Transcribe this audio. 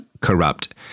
corrupt